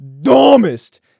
dumbest